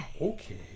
okay